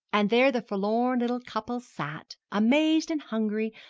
and there the forlorn little couple sat, amazed and hungry,